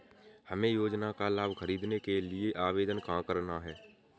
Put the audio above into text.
हमें योजना का लाभ ख़रीदने के लिए आवेदन कहाँ करना है?